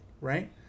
right